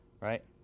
right